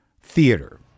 theater